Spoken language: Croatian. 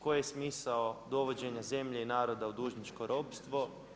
Koji je smisao dovođenje zemlje i naroda u dužničko ropstvo?